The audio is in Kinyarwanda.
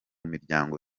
miryango